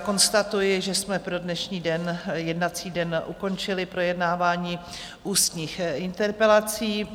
Konstatuji, že jsme pro dnešní jednací den ukončili projednávání ústních interpelací.